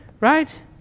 right